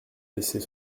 laisser